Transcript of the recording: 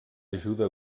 ajuda